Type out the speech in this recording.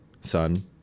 son